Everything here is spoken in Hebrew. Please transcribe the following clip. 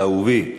אהובי.